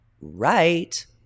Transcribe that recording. Right